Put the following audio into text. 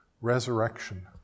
resurrection